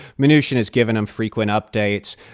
mnuchin has given him frequent updates.